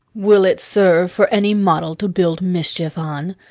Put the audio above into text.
will it serve for any model to build mischief on?